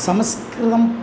संस्कृतं